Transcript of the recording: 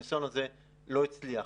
הניסיון הזה לא הצליח.